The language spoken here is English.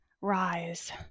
rise